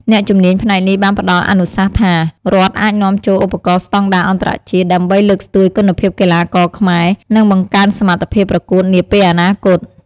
អ្នកជំនាញផ្នែកនេះបានផ្តល់អនុសាសន៍ថា រដ្ឋអាចនាំចូលឧបករណ៍ស្តង់ដារអន្តរជាតិ ដើម្បីលើកស្ទួយគុណភាពកីឡាករខ្មែរ និងបង្កើនសមត្ថភាពប្រកួតនាពេលអនាគត។